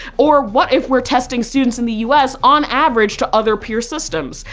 or what if we're testing students in the u s. on average to other peer systems?